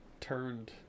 turned